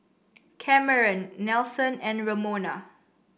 Cameron Nelson and Ramona